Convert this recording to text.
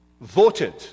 voted